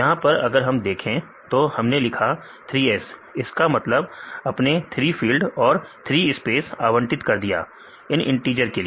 यहां पर अगर हम देखें तो हमने लिखा 3S इसका मतलब आपने 3 फील्ड और 3 स्पेस आवंटित कर दिया इन इंटिजर के लिए